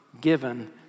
given